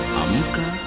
amuka